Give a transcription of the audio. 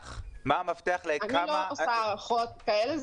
אני לא עושה הערכות כאלה.